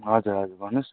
हजुर हजुर भन्नुहोस् न